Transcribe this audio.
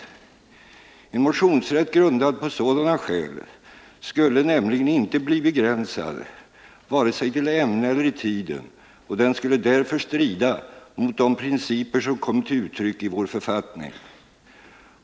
En motionsrätt grundad på sådana skäl skulle nämligen inte bli begränsad vare sig till ämne eller i tiden, och den skulle därför strida mot de principer som kommit till uttryck i vår författning.